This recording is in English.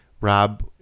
Rob